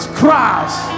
Christ